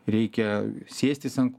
reikia sėstis ant